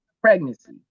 pregnancy